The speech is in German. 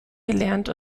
gelernt